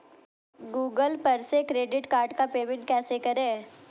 Google पर से credit card का पेमेंट कैसे करें?